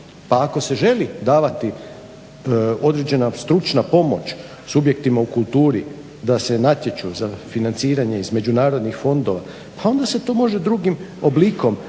Pa ako se želi davati određena stručna pomoć subjektima u kulturi da se natječu za financiranje iz međunarodnih fondova, pa onda se to može drugim oblikom, edukacijom